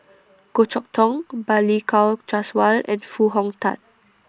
Goh Chok Tong Balli Kaur Jaswal and Foo Hong Tatt